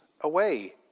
away